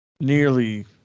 nearly